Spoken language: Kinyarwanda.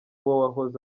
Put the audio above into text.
wahoze